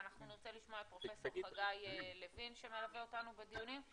ונרצה לשמוע את פרופסור חגי לוין שמלווה אותנו בדיונים.